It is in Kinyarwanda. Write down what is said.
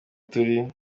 turi